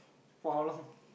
for how long